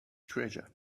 treasure